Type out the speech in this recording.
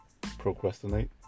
Procrastinate